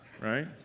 Right